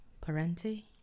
parenti